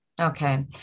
Okay